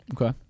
Okay